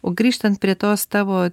o grįžtant prie tos tavo